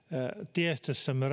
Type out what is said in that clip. tiestössämme